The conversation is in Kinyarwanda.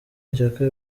mbere